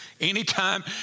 Anytime